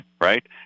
right